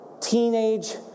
teenage